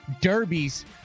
Derbies